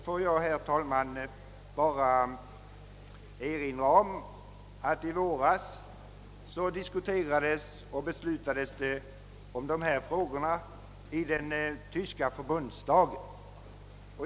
Får jag, herr talman, bara erinra om att man i våras diskuterade och fattade beslut om dessa frågor i den tyska förbundsdagen.